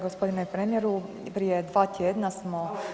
Gospodine premijeru prije dva tjedna smo